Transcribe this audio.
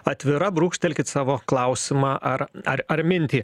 atvira brūkštelkit savo klausimą ar ar ar mintį